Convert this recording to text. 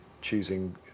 choosing